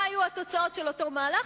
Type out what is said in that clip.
מה היו התוצאות של אותו מהלך?